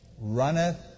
runneth